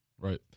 Right